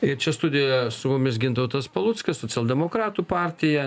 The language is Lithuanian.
ir čia studijoje su mumis gintautas paluckas socialdemokratų partija